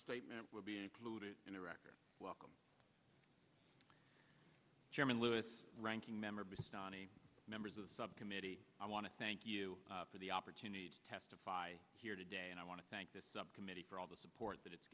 statement will be included in the record welcome chairman lewis ranking member bustani members of the subcommittee i want to thank you for the opportunity to testify here today and i want to thank the subcommittee for all the support that it's